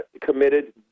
committed